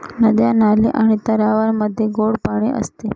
नद्या, नाले आणि तलावांमध्ये गोड पाणी असते